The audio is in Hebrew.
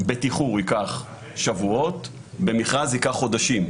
בתיחור ייקח שבועות, במכרז ייקח חודשים,